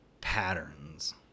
patterns